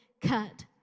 cut